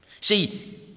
See